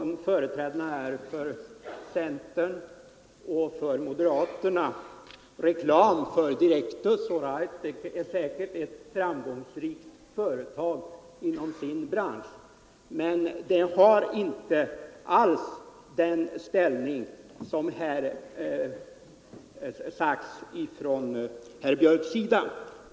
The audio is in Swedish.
Företrädarna för centern och moderaterna gör reklam för Direktus. All right, det är säkert ett framgångsrikt företag inom sin bransch, men det har inte alls den ställning som herr Björck påstår.